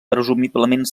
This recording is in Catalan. presumiblement